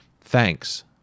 Thanks